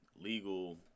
legal